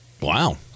Wow